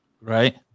Right